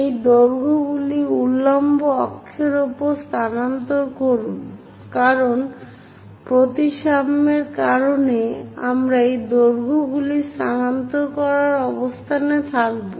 এই দৈর্ঘ্যগুলি উল্লম্ব অক্ষের উপর স্থানান্তর করুন কারণ প্রতিসাম্যতার কারণে আমরা এই দৈর্ঘ্যগুলি স্থানান্তর করার অবস্থানে থাকব